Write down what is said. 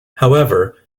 however